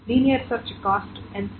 linear search cost ఎంత